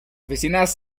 oficinas